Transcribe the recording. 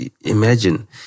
imagine